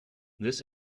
this